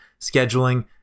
scheduling